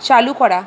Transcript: চালু করা